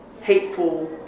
hateful